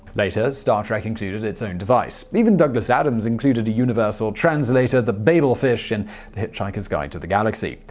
later, star trek included its own device. even douglas adams included a universal translator, the babel fish, in the hitchhiker's guide to the galaxy.